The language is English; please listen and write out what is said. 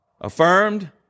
Affirmed